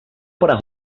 para